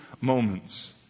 moments